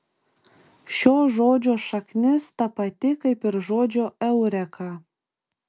šio žodžio šaknis ta pati kaip ir žodžio eureka